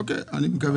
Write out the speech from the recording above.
אוקיי, אני מקווה.